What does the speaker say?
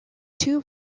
two